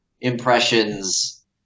impressions